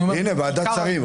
הינה, ועדת שרים.